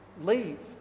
leave